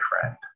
friend